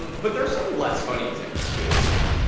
but there are some less funny examples too that we found.